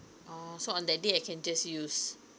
oh so on that day I can just use